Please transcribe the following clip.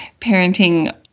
parenting